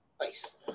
Nice